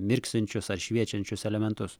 mirksinčius ar šviečiančius elementus